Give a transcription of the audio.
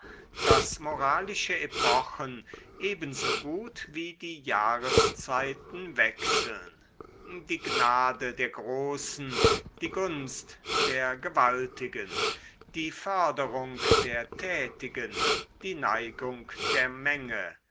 daß moralische epochen ebensogut wie die jahreszeiten wechseln die gnade der großen die gunst der gewaltigen die förderung der tätigen die neigung der menge